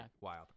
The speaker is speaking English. wild